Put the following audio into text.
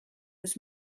was